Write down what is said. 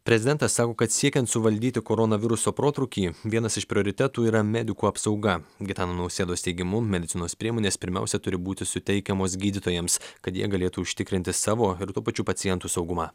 prezidentas sako kad siekiant suvaldyti koronaviruso protrūkį vienas iš prioritetų yra medikų apsauga gitano nausėdos teigimu medicinos priemonės pirmiausia turi būti suteikiamos gydytojams kad jie galėtų užtikrinti savo ir tuo pačiu pacientų saugumą